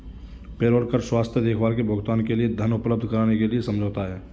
payroll कर स्वास्थ्य देखभाल के भुगतान के लिए धन उपलब्ध कराने के लिए समझौता है